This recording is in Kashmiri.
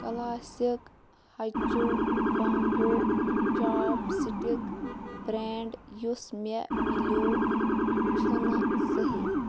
کَلاسِک ہچوٗ بامبوٗ چاپ سٹِک برٛینٛڈ یُس مےٚ میلیو چھُنہٕ صحیح